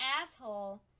asshole